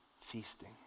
Feasting